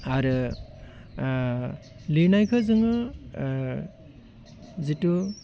आरो लिरनायखो जोङो जितु